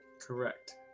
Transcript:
Correct